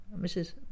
Mrs